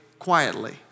quietly